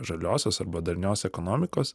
žaliosios arba darnios ekonomikos